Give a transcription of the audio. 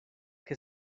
que